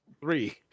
Three